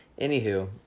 anywho